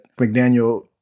McDaniel